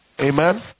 Amen